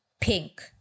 pink